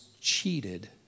cheated